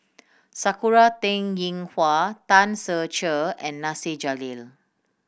Sakura Teng Ying Hua Tan Ser Cher and Nasir Jalil